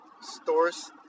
stores